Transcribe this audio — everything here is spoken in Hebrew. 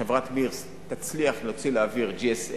חברת "מירס" תצליח להוציא לאוויר GSM